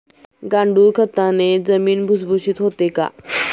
गांडूळ खताने जमीन भुसभुशीत होते का?